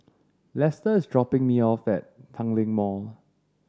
Lesta is dropping me off at Tanglin Mall